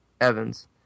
Evans